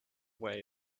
way